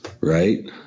right